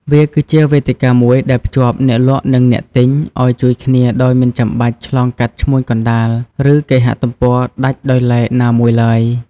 វាគឺជាវេទិកាមួយដែលភ្ជាប់អ្នកលក់និងអ្នកទិញឱ្យជួបគ្នាដោយមិនចាំបាច់ឆ្លងកាត់ឈ្មួញកណ្តាល ឬគេហទំព័រដាច់ដោយឡែកណាមួយឡើយ។